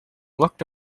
looked